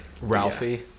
Ralphie